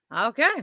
Okay